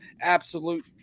absolute